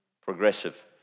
progressive